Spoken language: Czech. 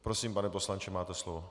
Prosím, pane poslanče, máte slovo.